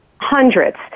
hundreds